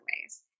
ways